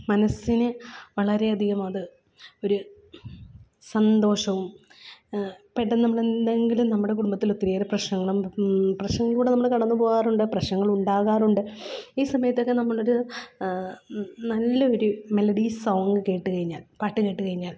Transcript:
മനസ്സിന് വളരെയധികമത് ഒരു സന്തോഷവും പെട്ടെന്ന് നമ്മളെന്തെങ്കിലും നമ്മുടെ കുടുംബത്തിലൊത്തിരിയേറെ പ്രശ്നങ്ങളും പ്രശ്നങ്ങളിലൂടെ നമ്മള് കടന്ന് പോകാറുണ്ട് പ്രശ്നങ്ങളുണ്ടാകാറുണ്ട് ഈ സമയത്തൊക്കെ നമ്മളൊരു നല്ല ഒരു മെലഡി സോങ്ങ് കേട്ടുകഴിഞ്ഞാൽ പാട്ട് കേട്ടുകഴിഞ്ഞാൽ